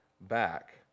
back